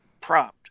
prompt